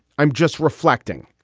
i'm just reflecting.